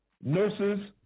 Nurses